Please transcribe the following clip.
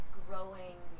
growing